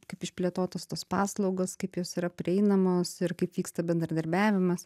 kaip išplėtotos tos paslaugos kaip jos yra prieinamos ir kaip vyksta bendradarbiavimas